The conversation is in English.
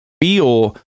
feel